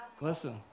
Listen